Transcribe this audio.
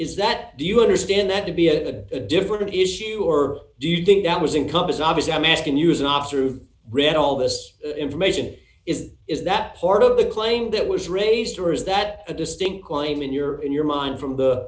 is that do you understand that to be a different issue or do you think that was income is obviously i'm asking you is not true read all this information is is that part of the claim that was raised or is that a distinct claim in your in your mind from the